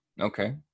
Okay